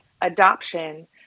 adoption